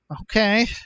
Okay